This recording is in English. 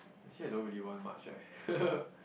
actually I don't really want much eh